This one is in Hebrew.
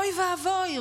אוי ואבוי,